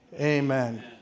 amen